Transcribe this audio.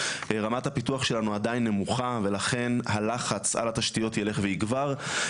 רמת הפיתוח שלנו עדיין נמוכה ולכן הלחץ על התשתיות ילך ויגבר,